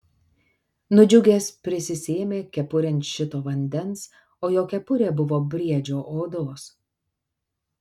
nudžiugęs prisisėmė kepurėn šito vandens o jo kepurė buvo briedžio odos